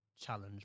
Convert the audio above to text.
challenge